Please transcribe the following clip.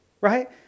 right